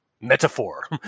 metaphor